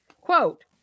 Quote